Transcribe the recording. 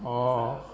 orh